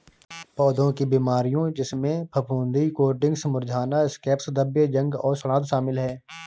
पौधों की बीमारियों जिसमें फफूंदी कोटिंग्स मुरझाना स्कैब्स धब्बे जंग और सड़ांध शामिल हैं